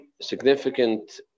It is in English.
significant